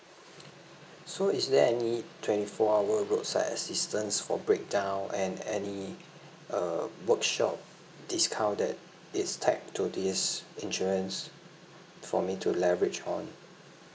so is there any twenty four hour roadside assistance for breakdown and any uh workshop discount that is tied to this insurance for me to leverage on